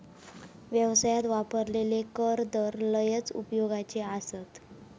व्यवसायात वापरलेले कर दर लयच उपयोगाचे आसत